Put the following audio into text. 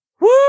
Woo